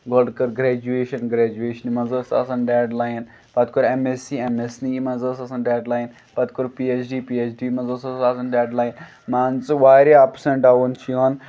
گۄڈٕ کٔر گرٛٮ۪جویشَن گرٛٮ۪جویشنہِ منٛز ٲس آسان ڈٮ۪ڈ لایِن پَتہٕ کوٚر M S C M S C منٛز ٲس آسان ڈٮ۪ڈ لایِن پَتہٕ کوٚر P H D P H D منٛز اوس حظ آسان ڈٮ۪ڈ لایِن مان ژٕ واریاہ اَپٕس اینٛڈ ڈاوُن چھِ یِوان